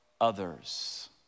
others